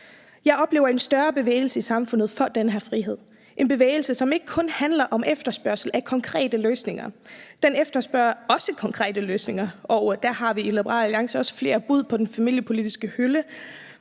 Jeg oplever en større bevægelse i samfundet for den her frihed. Det er en bevægelse, som ikke kun handler om efterspørgsel på konkrete løsninger. Den efterspørger også konkrete løsninger, og der har vi i Liberal Alliance også flere bud på den familiepolitiske hylde,